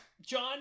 John